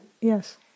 yes